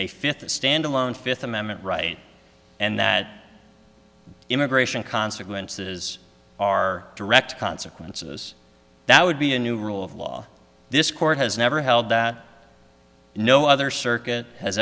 a fifth standalone fifth amendment right and that immigration consequences are direct consequences that would be a new rule of law this court has never held that no other circuit has